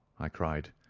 i cried,